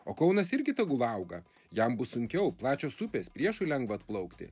o kaunas irgi tegul auga jam bus sunkiau plačios upės priešui lengva atplaukti